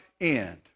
end